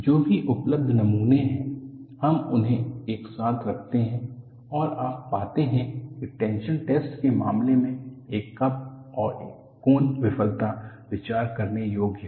जो भी उपलब्ध नमूने हैं हम उन्हें एक साथ रखते हैं और आप पाते हैं कि टेंशन टैस्ट के मामले में एक कप और कोन विफलता विचार करने योग्य है